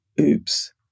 oops